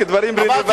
רק דברים רלוונטיים.